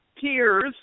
peers